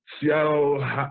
Seattle